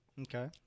Okay